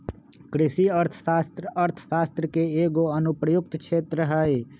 कृषि अर्थशास्त्र अर्थशास्त्र के एगो अनुप्रयुक्त क्षेत्र हइ